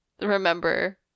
remember